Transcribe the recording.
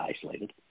isolated